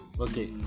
Okay